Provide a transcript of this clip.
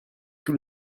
tous